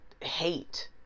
hate